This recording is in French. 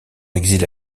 exilé